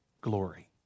glory